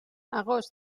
agost